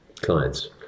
clients